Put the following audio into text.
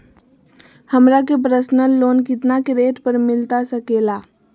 हमरा के personal loan कितना के रेट पर मिलता सके ला?